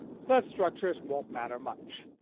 such structures won't matter much.